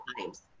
Times